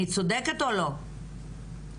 אני צודקת או לא?